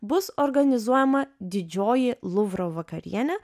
bus organizuojama didžioji luvro vakarienė